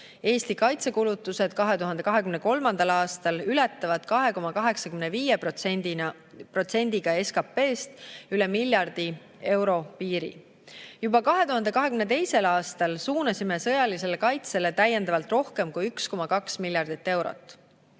Eesti kaitsekulutused 2023. aastal ületavad 2,85%-ga SKP-st miljardi euro piiri. Juba 2022. aastal suunasime sõjalisele kaitsele täiendavalt rohkem kui 1,2 miljardit eurot.